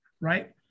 right